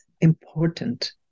important